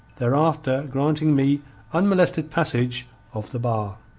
thereafter granting me unmolested passage of the bar.